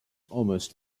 almost